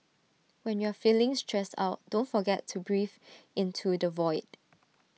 when you are feeling stressed out don't forget to breathe into the void